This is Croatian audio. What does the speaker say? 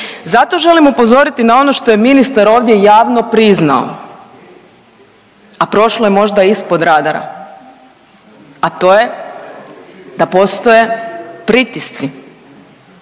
Zato želim upozoriti na ono što je ministar ovdje javno priznao, a prošlo je možda ispod radara, a to je da postoje pritisci,